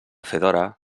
fedora